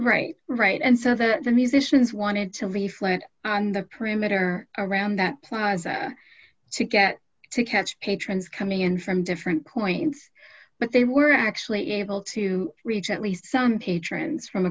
right right and so that the musicians wanted to be flint and the perimeter around that plaza to get to catch patrons coming in from different points but they were actually able to reach at least some patrons from